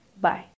Bye